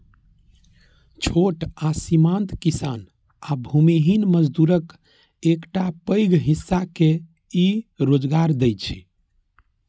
छोट आ सीमांत किसान आ भूमिहीन मजदूरक एकटा पैघ हिस्सा के ई रोजगार दै छै